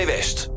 West